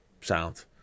sound